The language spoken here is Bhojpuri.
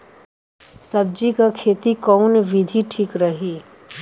सब्जी क खेती कऊन विधि ठीक रही?